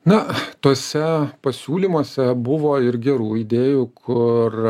na tuose pasiūlymuose buvo ir gerų idėjų kur